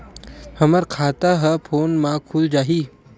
हमर खाता ह फोन मा खुल जाही?